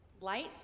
Light